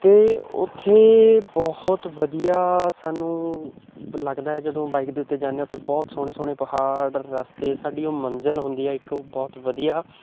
ਅਤੇ ਉੱਥੇ ਬਹੁਤ ਵਧੀਆ ਸਾਨੂੰ ਲੱਗਦਾ ਜਦੋਂ ਬਾਈਕ ਦੇ ਉੱਤੇ ਜਾਂਦੇ ਹਾਂ ਉੱਥੇ ਬਹੁਤ ਸੋਹਣੇ ਸੋਹਣੇ ਪਹਾੜ ਰਸਤੇ ਸਾਡੀ ਉਹ ਮੰਜ਼ਿਲ ਹੁੰਦੀ ਆ ਇੱਕ ਬਹੁਤ ਵਧੀਆ